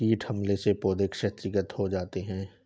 कीट हमले से पौधे क्षतिग्रस्त हो जाते है